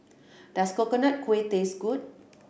does Coconut Kuih taste good